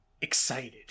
excited